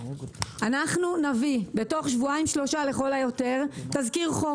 אנחנו נביא בתוך שבועיים שלושה לכל היותר תזכיר חוק.